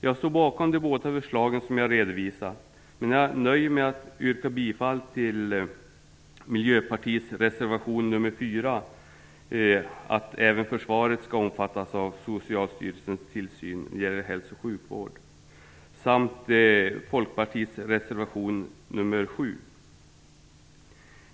Jag står bakom de båda förslag som jag redovisat, men jag nöjer mig med att yrka bifall till Miljöpartiets reservation nr 4 om att även försvaret skall omfattas av Socialstyrelsens tillsyn över hälsooch sjukvård samt till Folkpartiets reservation nr 7.